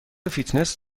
فیتنس